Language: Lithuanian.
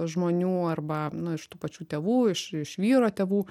žmonių arba nu iš tų pačių tėvų iš iš vyro tėvų